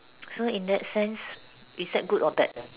so in that sense is that good or bad